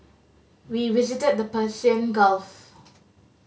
we visited the Persian Gulf